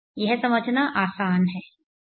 यह समझना आसान है